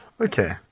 Okay